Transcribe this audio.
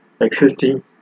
existing